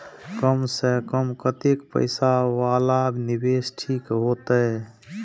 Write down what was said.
कम से कम कतेक पैसा वाला निवेश ठीक होते?